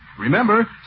Remember